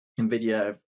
NVIDIA